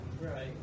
Right